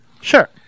Sure